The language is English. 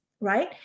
Right